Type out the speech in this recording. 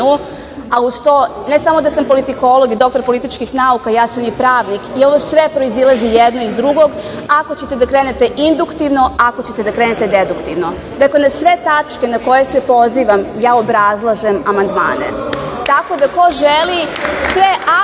a uz to, ne samo da sam politikolog i doktor političkih nauka, ja sam i pravnik, i ovo sve proizilazi jedno iz drugog, ako ćete krenete induktivno, ako ćete da krenete deduktivno. Dakle, na sve tačke na koje se pozivam ja obrazlažem amandmane, tako da ko želi sve apsolutno